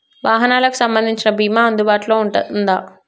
వాహనాలకు సంబంధించిన బీమా అందుబాటులో ఉందా?